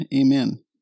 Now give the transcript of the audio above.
amen